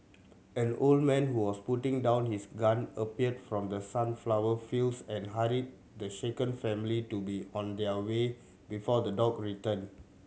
an old man who was putting down his gun appeared from the sunflower fields and hurried the shaken family to be on their way before the dog return